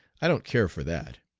i don't care for that.